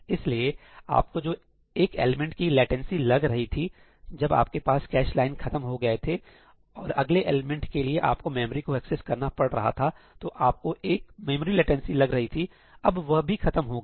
इसलिए आपको जो एक एलिमेंट की लेटेंसी लग रही थी जब आपके पास कैश लाइन खत्म हो गए थे और अगले एलिमेंट के लिए आपको मेमोरी को एक्सेस करना पड़ रहा था तो आपको एक मेमोरी लेटेंसी लग रही थी अब वह भी खत्म हो गई